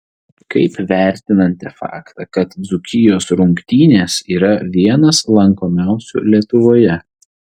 kaip vertinate faktą kad dzūkijos rungtynės yra vienas lankomiausių lietuvoje